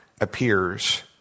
appears